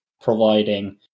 providing